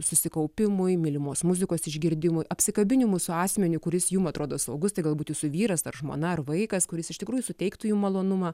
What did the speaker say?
susikaupimui mylimos muzikos išgirdimui apsikabinimų su asmeniu kuris jum atrodo saugus tai galbūt jūsų vyras ar žmona ar vaikas kuris iš tikrųjų suteiktų jum malonumą